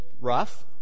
rough